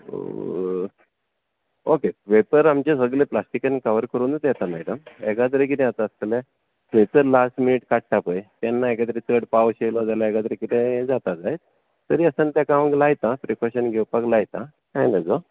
okay paper आमचें सगलें प्लास्टिकेंत कवर करुनूच येता मॅडम एकाद्रें कितें जाता आसतलें थंयसर नाकलेट काडटा पळय तेन्ना एकाद्रे चड पावस येयलो जाल्यार एकाद्रें कितेंय जाता जायत तरी आसतना ताका हांव लायतां प्रिकोशन घेवपाक लायता काय नजो